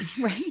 Right